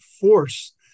force